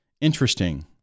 interesting